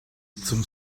zum